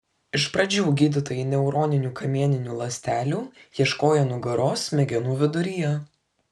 iš pradžių gydytojai neuroninių kamieninių ląstelių ieškojo nugaros smegenų viduryje